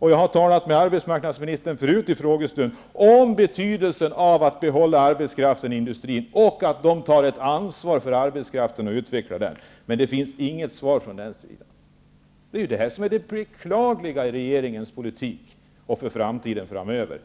har tidigare i en frågestund talat med arbetsmarknadsministern om betydelsen av att man behåller arbetskraften i industrin och att man tar ett ansvar för arbetskraften och ser till att den utvecklas. Men jag har inte fått något svar angående detta. Det är detta som är beklagligt i regeringens politik inför framtiden.